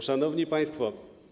Szanowni Państwo!